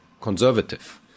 conservative